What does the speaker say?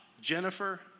Jennifer